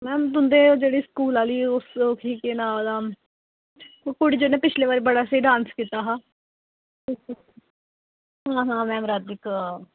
ma'am तुंदे जेह्ड़ी school आह्ली ओह् ही केह् नांऽ ओह्दा ओह् कुड़ी जिन पिछले बारी बड़ा स्हेई डांस कीता हा हां हां मैम राधिका